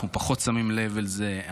אנחנו פחות שמים לב אל זה,